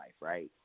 right